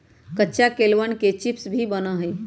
कच्चा केलवन के चिप्स भी बना हई